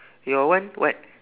your one what